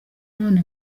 none